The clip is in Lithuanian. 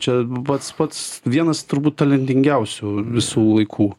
čia pats pats vienas turbūt talentingiausių visų laikų